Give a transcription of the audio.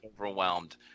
overwhelmed